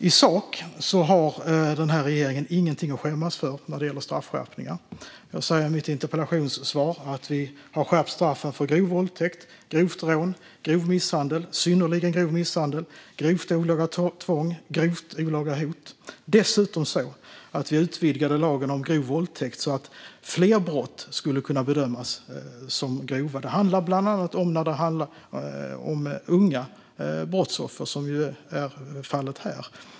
I sak har regeringen ingenting att skämmas för när det gäller straffskärpningar. Jag sa i mitt interpellationssvar att vi har skärpt straffen för grov våldtäkt, grovt rån, grov misshandel, synnerligen grov misshandel, grovt olaga tvång och grovt olaga hot. Dessutom har vi utvidgat lagen om grov våldtäkt så att fler brott kan bedömas som grova. Det handlar bland annat om unga brottsoffer, som är fallet här.